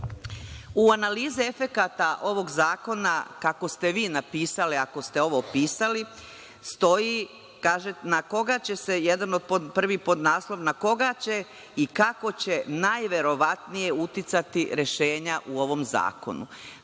analizi efekata ovog zakona, kako ste vi napisali, ako ste ovo pisali, stoji u jednom od prvih podnaslova na koga će i kako će najverovatnije uticati rešenja u ovom zakonu.